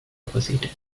opposite